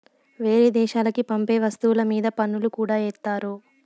వేరే దేశాలకి పంపే వస్తువుల మీద పన్నులు కూడా ఏత్తారు